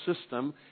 system